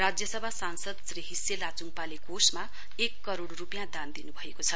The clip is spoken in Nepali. राज्यसमा सांसद श्री हिस्से लाचुङपाले कोषमा एक करोड़ रूपियाँ दान दिनु भएको छ